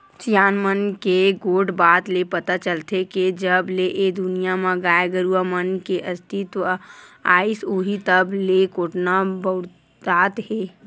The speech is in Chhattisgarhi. सियान मन के गोठ बात ले पता चलथे के जब ले ए दुनिया म गाय गरुवा मन के अस्तित्व आइस होही तब ले कोटना बउरात हे